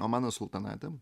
omano sultonate